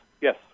yes